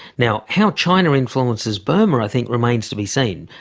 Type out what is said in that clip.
now, how china influences burma i think remains to be seen.